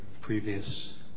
previous